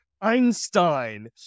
Einstein